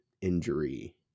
injury